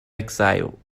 exile